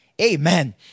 Amen